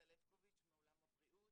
אני מעולם הבריאות,